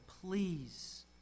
Please